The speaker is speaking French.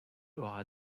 aura